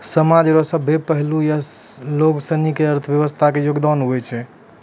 समाज रो सभ्भे पहलू या लोगसनी के अर्थव्यवस्था मे योगदान हुवै छै